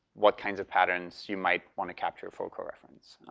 what kind of patterns you might wanna capture for co-reference?